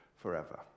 Forever